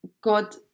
God